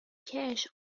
cache